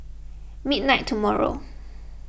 midnight tomorrow